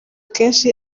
kenshi